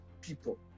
people